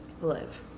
Live